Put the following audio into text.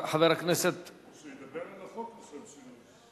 חבר הכנסת, שידבר על החוק לשם שינוי.